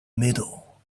middle